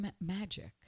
magic